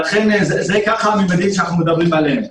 אלו הממדים שאנחנו מדברים עליהם.